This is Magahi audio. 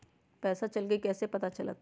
पैसा चल गयी कैसे पता चलत?